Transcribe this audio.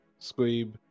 Squeeb